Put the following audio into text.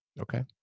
Okay